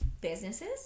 businesses